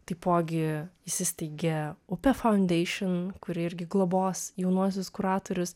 taipogi įsisteigė upefandeišin kuri irgi globos jaunuosius kuratorius